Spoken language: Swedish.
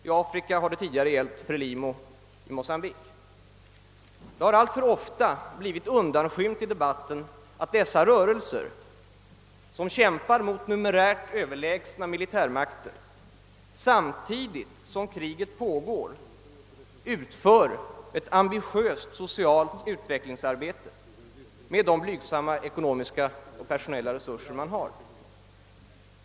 I Afrika har det tidigare gällt FRELIMO i Mocambique. Det har alltför ofta i debatten blivit undanskymt att dessa rörelser, som kämpar mot numerärt överlägsna militärmakter, samtidigt som kriget pågår utför ett ambitiöst socialt utvecklingsarbete med de blygsamma ekonomiska och personella resurser man har.